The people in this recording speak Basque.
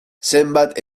zenbat